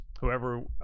whoever